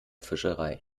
fischerei